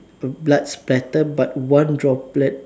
blood splatter but one droplet